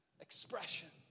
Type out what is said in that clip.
expression